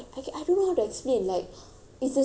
it's the same as uh A E I O U